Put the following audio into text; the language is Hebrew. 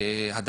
בי"ח "הדסה"